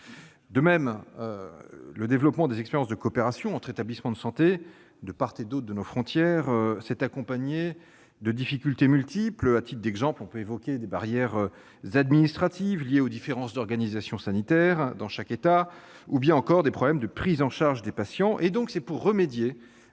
De même, le développement des expériences de coopération entre établissements de santé, de part et d'autre de nos frontières, s'est accompagné de difficultés multiples : à titre d'exemple, on peut évoquer les barrières administratives liées aux différences d'organisation sanitaire de chaque État, ou encore les problèmes de prise en charge des patients. C'est donc pour remédier